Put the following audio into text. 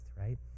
right